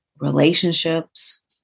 relationships